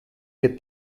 que